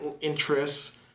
interests